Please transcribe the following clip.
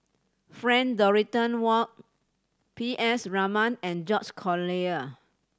Frank Dorrington Ward P S Raman and George Collyer